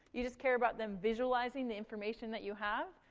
you just care about them visualizing the information that you have.